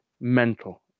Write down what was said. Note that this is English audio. mental